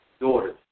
daughters